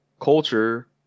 culture